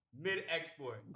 mid-export